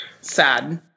sad